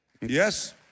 Yes